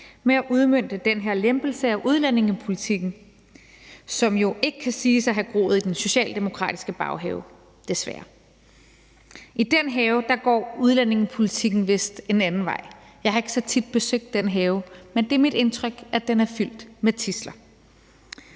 med at udmønte den her lempelse af udlændingepolitikken, som jo ikke kan siges at have groet i den socialdemokratiske baghave – desværre. I den have går udlændingepolitikken vist en anden vej. Jeg har ikke så tit besøgt den have, men det er mit indtryk, at den er fyldt med tidsler.